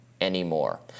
anymore